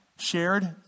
Shared